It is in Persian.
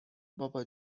بابا